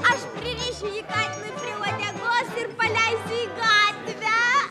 aš pririšiu jį katinui prie uodegos ir paleisiu į gatvę